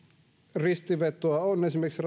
ristivetoa on esimerkiksi